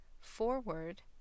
Forward